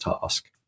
task